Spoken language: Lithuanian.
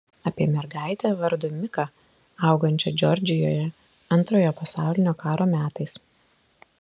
apie mergaitę vardu miką augančią džordžijoje antrojo pasaulinio karo metais